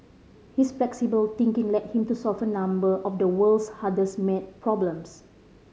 his flexible thinking led him to solve a number of the world's hardest maths problems